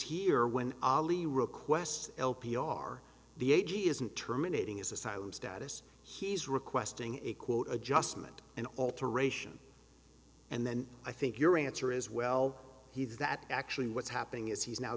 here when ali requests l p r the a g isn't terminating his asylum status he's requesting a quote adjustment and alteration and then i think your answer is well he's that actually what's happening is he's now